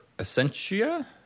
Essentia